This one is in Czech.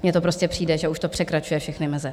Mně to prostě přijde, že už to překračuje všechny meze!